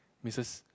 misses